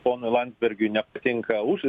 ponui landsbergiui nepatinka už